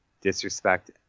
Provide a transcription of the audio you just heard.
disrespect